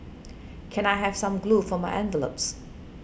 can I have some glue for my envelopes